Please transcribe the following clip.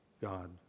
God